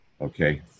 Okay